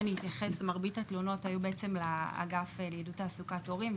מרבית התלונות היו לאגף לעידוד תעסוקת הורים,